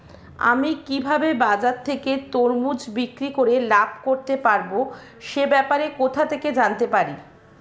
আমি কিভাবে বাজার থেকে তরমুজ বিক্রি করে লাভ করতে পারব সে ব্যাপারে কোথা থেকে জানতে পারি?